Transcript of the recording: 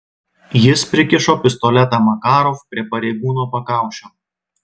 jis prikišo pistoletą makarov prie pareigūno pakaušio